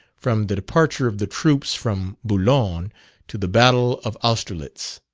from the departure of the troops from boulogne to the battle of austerlitz.